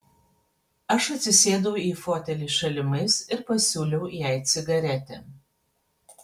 aš atsisėdau į fotelį šalimais ir pasiūliau jai cigaretę